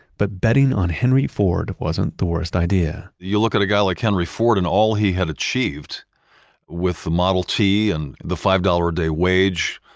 but betting on henry ford wasn't the worst idea you look at a guy like henry ford and all he had achieved with the model t and the five dollars a day wage.